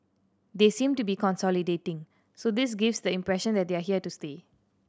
they seem to be consolidating so this gives the impression that they are here to stay